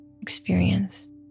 experienced